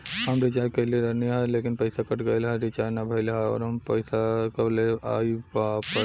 हम रीचार्ज कईले रहनी ह लेकिन पईसा कट गएल ह रीचार्ज ना भइल ह और पईसा कब ले आईवापस?